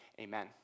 amen